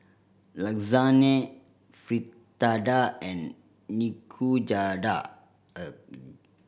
Lasagne Fritada and Nikujaga